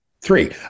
Three